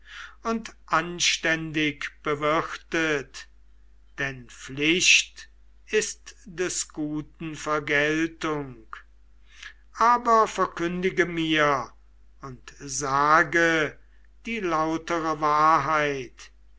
und anständig bewirtet denn pflicht ist des guten vergeltung aber verkündige mir und sage die lautere wahrheit